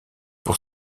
pour